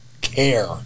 care